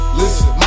listen